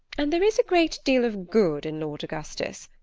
and there is a great deal of good in lord augustus.